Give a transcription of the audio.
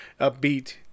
upbeat